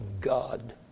God